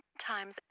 times